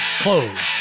closed